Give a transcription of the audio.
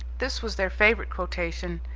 this was their favourite quotation.